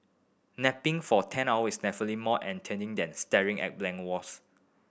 napping for ten hours is definitely more enticing than staring at blank walls